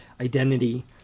identity